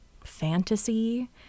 fantasy